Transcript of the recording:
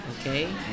Okay